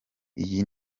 iyi